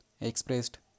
expressed